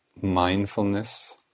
mindfulness